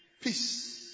peace